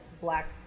black